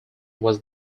was